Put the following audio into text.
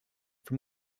from